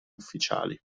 ufficiali